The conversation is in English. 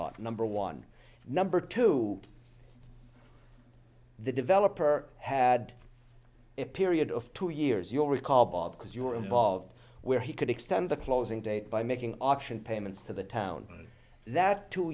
lot number one number two the developer had a period of two years you'll recall bob because you were involved where he could extend the closing date by making auction payments to the town that two